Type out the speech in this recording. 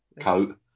coat